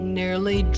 nearly